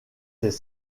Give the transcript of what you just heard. des